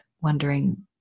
wondering